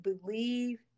believe